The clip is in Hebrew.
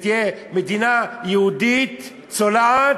ותהיה מדינה יהודית צולעת,